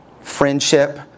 friendship